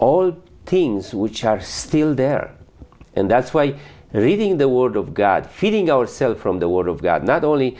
all things which are still there and that's why reading the word of god feeding ourselves from the word of god not only